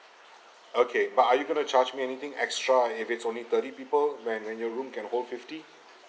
okay but are you going to charge me anything extra if it's only thirty people when when your room can hold fifty